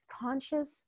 Conscious